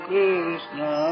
Krishna